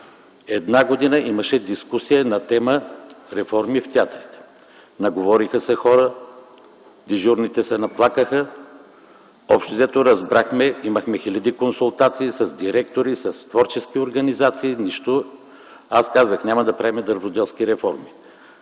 Една година имаше дискусии на тема „Реформи в театъра”. Наговориха се хората, дежурните се наплакаха, общо взето, разбрахме. Имахме хиляди консултации с директори, с творчески организации. Аз казах: „Няма да правим дърводелски реформи!”.